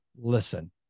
listen